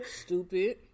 Stupid